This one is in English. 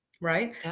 Right